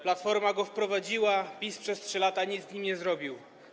Platforma go wprowadziła, PiS przez 3 lata nic z nim nie zrobił.